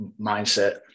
mindset